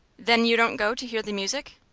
then you don't go to hear the music?